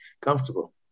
comfortable